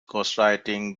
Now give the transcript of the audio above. ghostwriting